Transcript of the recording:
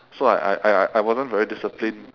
so I I I I wasn't very disciplined